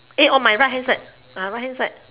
eh on my right hand side uh right hand side